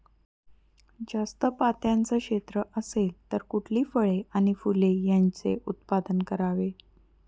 जास्त पात्याचं क्षेत्र असेल तर कुठली फळे आणि फूले यांचे उत्पादन करावे?